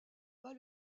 pas